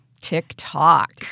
TikTok